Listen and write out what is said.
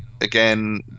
again